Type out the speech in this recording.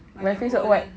my face got what